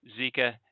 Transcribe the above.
Zika